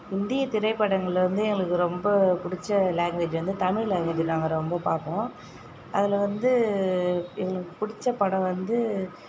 இந்திய திரைப்படங்கள்லேருந்து எங்களுக்கு ரொம்ப பிடிச்ச லாங்குவேஜ் வந்து தமிழ் லாங்குவேஜ் நாங்கள் ரொம்ப பார்ப்போம் அதில் வந்து எங்களுக்கு பிடிச்ச படம் வந்து